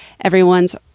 everyone's